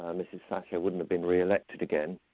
um mrs thatcher wouldn't have been re-elected again,